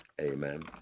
amen